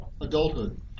adulthood